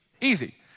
Easy